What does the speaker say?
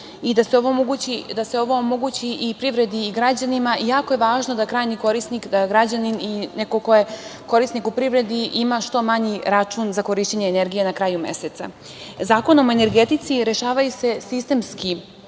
i da se ovo omogući i privredi i građanima i jako je važno da krajnji korisnik, građanin ili neko ko je korisnik u privredi, ima što manji račun za korišćenje energije na kraju meseca. Zakonom o energetici rešavaju se sistemska